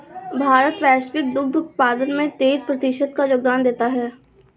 भारत वैश्विक दुग्ध उत्पादन में तेईस प्रतिशत का योगदान देता है